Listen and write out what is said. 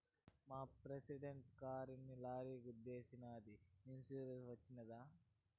మా ప్రెసిడెంట్ కారుని లారీ గుద్దేశినాదని ఇన్సూరెన్స్ వచ్చినది